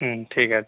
হুম ঠিক আছে